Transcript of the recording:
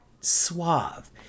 suave